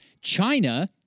China